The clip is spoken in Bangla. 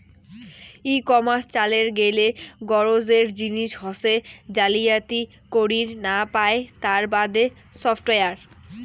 ই কমার্স চালের গেইলে গরোজের জিনিস হসে জালিয়াতি করির না পায় তার বাদে সফটওয়্যার